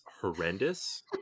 horrendous